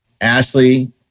Ashley